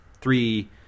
three